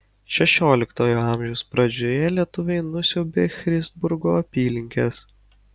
šešioliktojo amžiaus pradžioje lietuviai nusiaubė christburgo apylinkes